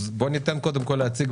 בוא ניתן קודם כל להציג.